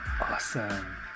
Awesome